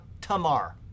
Tamar